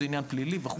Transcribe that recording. זה עניין פלילי וכו'.